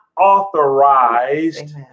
authorized